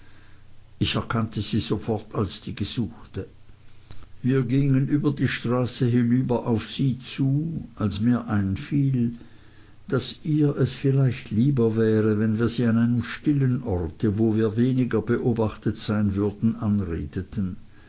ich erkannte sie sofort als die gesuchte wir gingen über die straße hinüber auf sie zu als mir einfiel daß ihr es vielleicht lieber wäre wenn wir sie an einem stillen ort wo wir weniger beobachtet sein würden anredeten